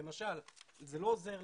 זה לא עוזר,